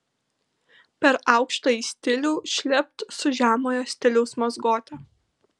per aukštąjį stilių šlept su žemojo stiliaus mazgote